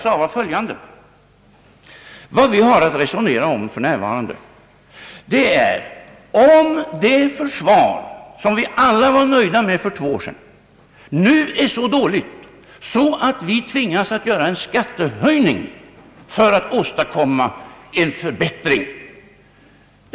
Jag sade, att vad vi skall resonera om för närvarande är om det försvar, som vi alla var nöjda med för två år sedan, nu är så dåligt att vi tvingas göra en skattehöjning för att åstadkomma en förbättring.